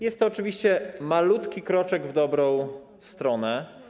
Jest to oczywiście malutki kroczek w dobrą stronę.